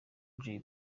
jay